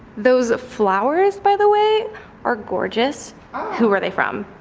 those flowers by the way are gorgeous who are they from?